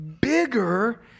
bigger